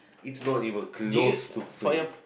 it's not it will close to free